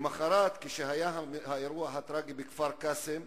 למחרת, כאשר היה האירוע הטרגי בכפר-קאסם,